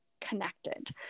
connected